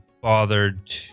bothered